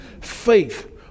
Faith